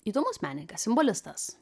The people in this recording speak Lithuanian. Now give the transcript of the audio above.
įdomus menininkas simbolistas